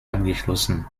abgeschlossen